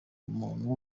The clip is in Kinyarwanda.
umuntu